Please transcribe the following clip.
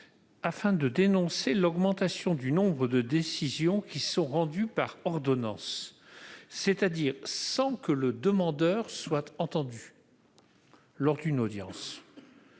afin de dénoncer l'augmentation du nombre de décisions rendues par ordonnance, c'est-à-dire sans que le demandeur soit entendu lors d'une audience.